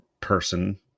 person